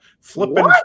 Flipping